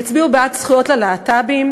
יצביעו בעד זכויות הלהט"בים?